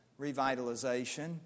revitalization